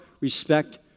respect